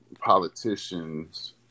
politicians